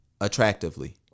attractively